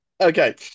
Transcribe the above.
okay